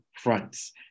fronts